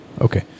Okay